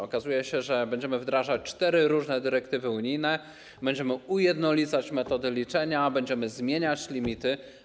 Okazuje się, że będziemy wdrażać cztery różne dyrektywy unijne, będziemy ujednolicać metody liczenia, będziemy zmieniać limity.